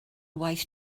waith